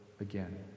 again